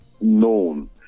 known